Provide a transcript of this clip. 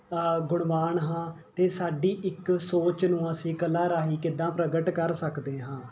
ਗੁਣਵਾਨ ਹਾਂ ਅਤੇ ਸਾਡੀ ਇੱਕ ਸੋਚ ਨੂੰ ਅਸੀਂ ਕਲਾ ਰਾਹੀਂ ਕਿੱਦਾਂ ਪ੍ਰਗਟ ਕਰ ਸਕਦੇ ਹਾਂ